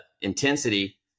intensity